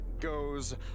goes